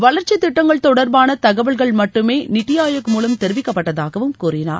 வளர்ச்சித் திட்டங்கள் தொடர்பான தகவல்கள் மட்டுமே நித்தி ஆயோக் மூலம் தெரிவிக்கப்பட்டதாகவும் கூறினார்